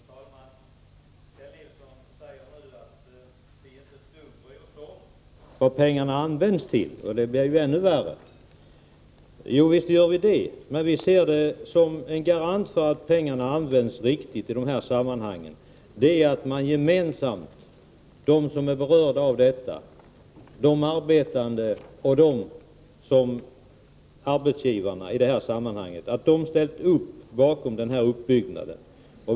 Fru talman! Kjell Nilsson säger nu att vi inte bryr oss ett dugg om vad pengarna används till. Det blir ju ännu värre. Jo, visst gör vi det. Men vi ser som en garanti för att pengarna används riktigt att de som är berörda, de arbetande och arbetsgivarna, har ställt upp gemensamt bakom denna uppbyggnad.